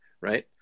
right